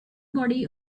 body